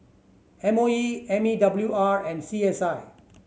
M O E M E W R and C S I